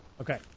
Okay